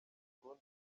burundi